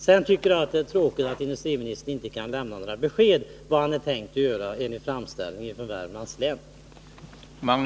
Sedan tycker jag det är tråkigt att industriministern inte kan lämna några besked om vad han har tänkt göra med anledning av framställningen från Värmlands län.